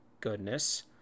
goodness